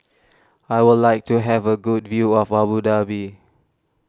I would like to have a good view of Abu Dhabi